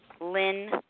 Lynn